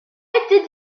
été